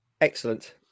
Excellent